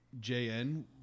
JN